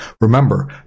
Remember